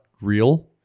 real